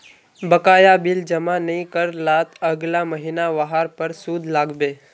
बकाया बिल जमा नइ कर लात अगला महिना वहार पर सूद लाग बे